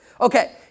Okay